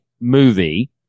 movie